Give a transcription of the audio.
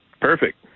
Perfect